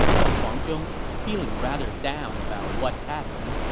but huang zhong, feeling rather down about what happened,